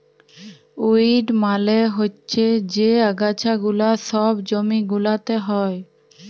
weed মালে হচ্যে যে আগাছা গুলা সব জমি গুলাতে হ্যয়